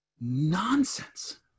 nonsense